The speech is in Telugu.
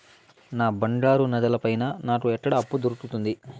నా బంగారు నగల పైన నాకు ఎక్కడ అప్పు దొరుకుతుంది